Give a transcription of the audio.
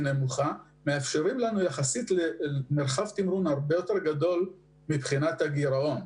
נמוכה מאפשרת לנו מרחב תמרון גדול מבחינת הגירעון.